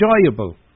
enjoyable